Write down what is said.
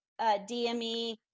DME